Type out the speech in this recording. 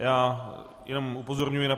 Já jenom upozorňuji na § 72.